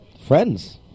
friends